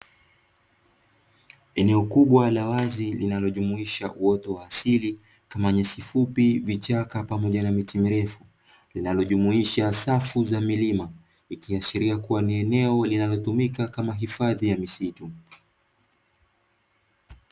Eneo kubwa la wazi linalojumuisha uoto wa asili kama nyasi fupi, vichaka pamoja na mti mirefu linalojumuisha safu za milima ikiashiria kuwa ni eneo linalotumika kama hifadhi ya misitu.